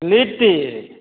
litti